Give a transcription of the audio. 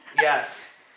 Yes